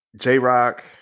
J-Rock